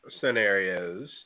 scenarios